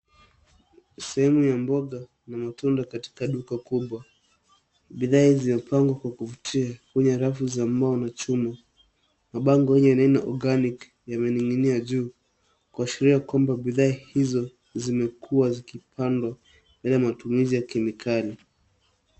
Sehemu ya mboga na matunda katika duka kubwa. Bidhaa zimepangwa kwa kuvutia kwenye rafu za mbao na chuma. Mabango yenye neno organic yamening'inia juu, kuashiria kwamba bidhaa hizo zimekuwa zikipandwa bila matumizi ya kemikali.